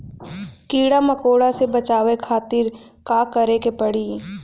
कीड़ा मकोड़ा से बचावे खातिर का करे के पड़ी?